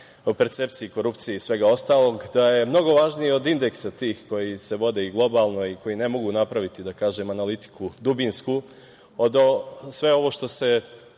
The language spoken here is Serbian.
o percepciji i korupciji i svega ostalog da je mnogo važnije od indeksa tih koji se vode i globalno i koji ne mogu napraviti, da kažem, analitiku, dubinsku, sve ovo što se